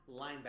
linebacker